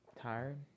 tired